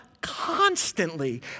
constantly